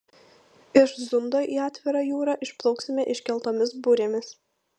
iš zundo į atvirą jūrą išplauksime iškeltomis burėmis